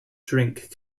drink